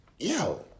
Yo